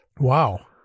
Wow